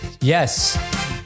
Yes